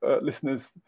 listeners